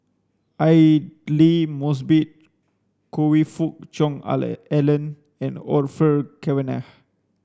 Aidli Mosbit Choe Fook Cheong Alan Alan and Orfeur Cavenagh